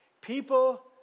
people